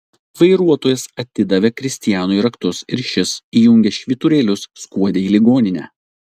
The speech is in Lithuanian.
vairuotojas atidavė kristianui raktus ir šis įjungęs švyturėlius skuodė į ligoninę